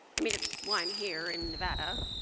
i mean, it's why i'm here in nevada,